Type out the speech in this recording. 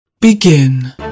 Begin